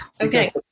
okay